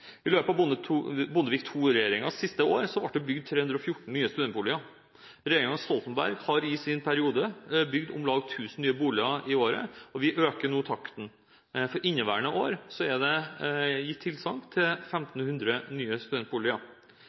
I løpet av Bondevik II-regjeringens siste år ble det bygd 314 nye studentboliger. Regjeringen Stoltenberg har i sin periode bygd om lag 1 000 nye boliger i året, og vi øker nå takten. For inneværende år er det gitt tilsagn om 1 500 nye studentboliger.